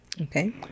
Okay